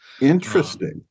interesting